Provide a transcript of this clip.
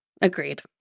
Agreed